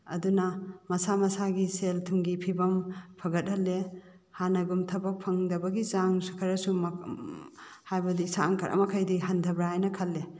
ꯑꯗꯨꯅ ꯃꯁꯥ ꯃꯁꯥꯒꯤ ꯁꯦꯜ ꯊꯨꯝꯒꯤ ꯐꯤꯕꯝ ꯐꯒꯠꯍꯜꯂꯦ ꯍꯥꯟꯅꯒꯨꯝ ꯊꯕꯛ ꯐꯪꯗꯕꯒꯤ ꯆꯥꯡꯁꯨ ꯈꯔꯁꯨ ꯍꯥꯏꯕꯗꯤ ꯆꯥꯡ ꯈꯔ ꯃꯈꯩꯗꯤ ꯍꯟꯊꯕ꯭ꯔꯥ ꯍꯥꯏꯅ ꯈꯜꯂꯦ